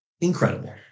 Incredible